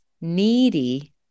needy